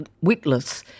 witless